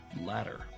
ladder